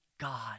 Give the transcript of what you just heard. God